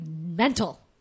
mental